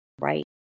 right